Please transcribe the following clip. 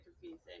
confusing